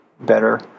better